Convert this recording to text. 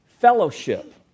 fellowship